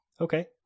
Okay